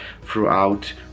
throughout